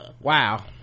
wow